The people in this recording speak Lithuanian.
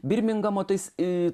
birmingamo tais i